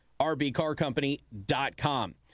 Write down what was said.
RBcarCompany.com